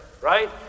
right